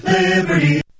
Liberty